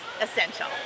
essential